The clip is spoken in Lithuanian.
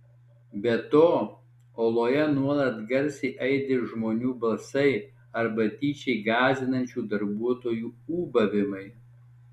be to oloje nuolat garsiai aidi žmonių balsai arba tyčia gąsdinančių darbuotojų ūbavimai